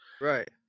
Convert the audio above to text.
Right